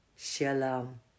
Shalom